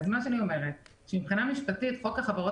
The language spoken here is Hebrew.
אני אומרת שמבחינה משפטית חוק החברות